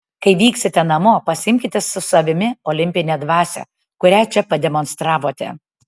kai vyksite namo pasiimkite su savimi olimpinę dvasią kurią čia pademonstravote